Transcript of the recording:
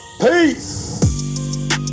Peace